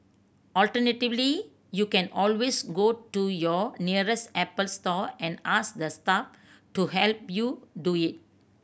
alternatively you can always go to your nearest Apple store and ask the staff to help you do it